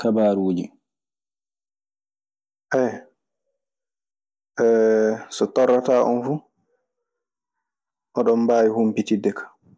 kabaaruuji." Aya so torrata on fu, o ndon mbaawi humpitinde kan.